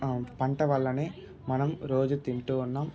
పంట వల్ల మనం రోజు తింటు ఉన్నాం